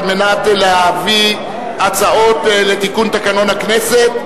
מנת להביא הצעות לתיקון תקנון הכנסת,